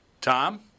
Tom